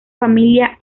familia